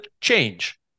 change